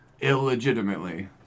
Illegitimately